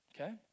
okay